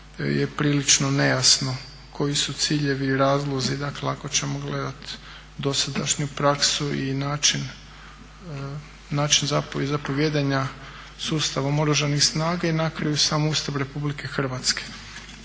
je prilično nejasno koji su ciljevi i razlozi, dakle ako ćemo gledat dosadašnju praksu i način zapovijedanja sustavom Oružanih snaga i na kraju sam Ustav Republike Hrvatske.